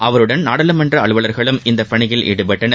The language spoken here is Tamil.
அவருடன் நாடாளுமன்ற அலுவலர்களும் இந்த பணியில் ஈடுபட்டார்கள்